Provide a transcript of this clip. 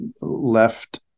left